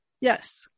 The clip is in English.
Yes